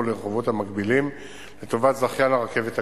לרחובות המקבילים לטובת זכיין הרכבת הקלה,